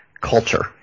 culture